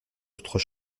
autres